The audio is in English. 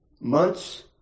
months